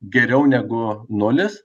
geriau negu nulis